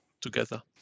together